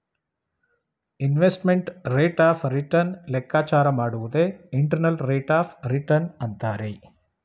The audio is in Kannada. ಇನ್ವೆಸ್ಟ್ಮೆಂಟ್ ರೇಟ್ ಆಫ್ ರಿಟರ್ನ್ ಲೆಕ್ಕಾಚಾರ ಮಾಡುವುದೇ ಇಂಟರ್ನಲ್ ರೇಟ್ ಆಫ್ ರಿಟರ್ನ್ ಅಂತರೆ